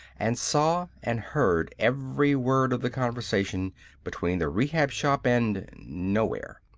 and saw and heard every word of the conversation between the rehab shop and nowhere.